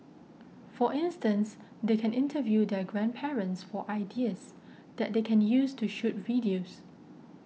for instance they can interview their grandparents for ideas that they can use to shoot videos